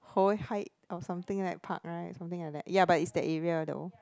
or something like park right something like that ya but is that area though